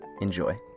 Enjoy